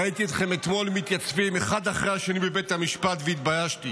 ראיתי אתכם אתמול מתייצבים אחד אחרי השני בבית המשפט והתביישתי.